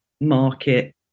market